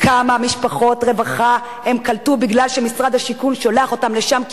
כמה משפחות רווחה הן קלטו מפני שמשרד השיכון שולח אותן לשם,